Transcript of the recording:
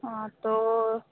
हाँ तो